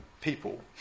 people